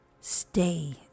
Stay